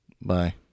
Bye